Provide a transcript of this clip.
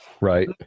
Right